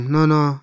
Nono